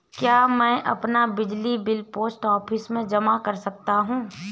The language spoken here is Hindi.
क्या मैं अपना बिजली बिल पोस्ट ऑफिस में जमा कर सकता हूँ?